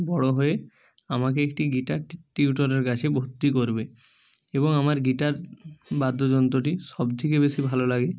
বড়ো হয়ে আমাকে একটি গিটার টিউটরের কাছে ভর্তি করবে এবং আমার গিটার বাদ্যযন্তটি সব থেকে বেশি ভালো লাগে